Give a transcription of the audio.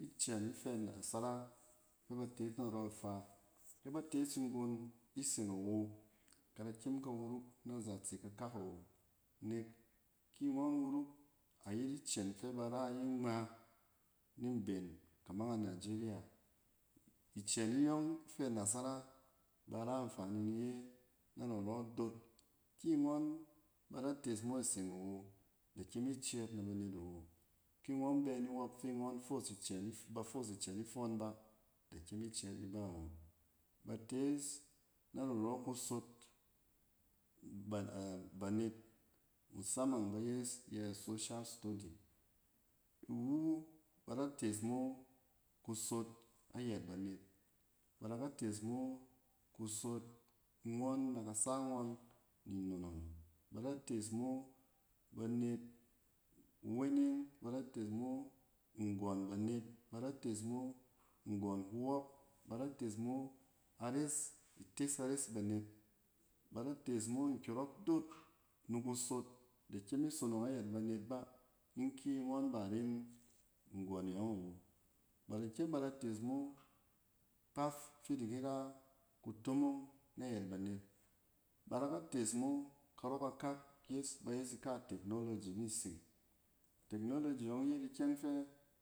Icɛn ife nasara fɛ ba tees narɔ ifaa. kɛ ba tees nggon iseng awo, kada kyem ka wuruk nazatse kakak awo. Nek ki ngɔn wuruk, ayet izɛn fɛ ba ra iye ngma ni mban kamang a nigeria. Icɛn iyang ife nasara, ba ra anfani ni iye na narɔ dot. Ki ngɔn ba da tees mo iseng awo, de kyem icɛɛt na banet awo. Ki ngɔn bɛ niɔɔp fɛ nɔn foos, icɛn, ba foosican ifoon ba, da kyem icɛɛt ni ba awo. Ba tees narnarɔ kusol ban-a banet musamang ba yes yɛ a social study. Iwu bada tees mo kusot ayɛt banet, bada ka tees mo kusut ngɔn na kasa ngɔn ni nnon ngɔn, ba da tees mo banet nweneng ba da tees mo nggɔn banet, ba da tees mo nggɔn kuwɔp, ba da tees mo ares, ites ares banet, bada tees mo nkyɔrɔk dot ni kusot. Da kyem isonong ayet banet ba in ki ngɔn ba iren nggɔn e yɔng awo. Ba da ikyem ba da tees mo kati fi idi kira kutomong nayet banet. Ba daka tees mo karɔ kakak yes, bayes ika a technology ni iseng. Technology yɔng yet ikyɛng fɛ.